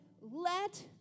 Let